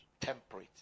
Temperate